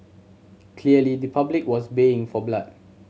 clearly the public was baying for blood